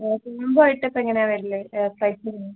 കോമ്പോായിട്ടൊക്കെ എങ്ങനെയാ വരല്ലേ സൈ